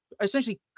essentially